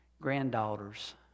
granddaughters